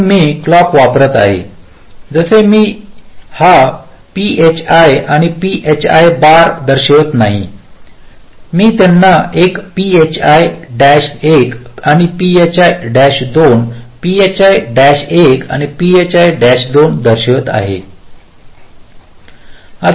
म्हणून मी क्लॉक वापरत आहे जसे की मी हा phi आणि phi बार दर्शवित नाही मी त्यांना एक phi 1 आणि phi 2 phi 1 आणि phi 2 दर्शवित आहे